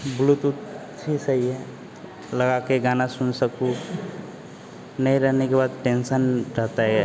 bluetooth ही सही है लगा कर गाना सुन सकूँ नहीं रहने के बाद टेंशन रहता है